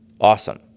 Awesome